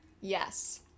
yes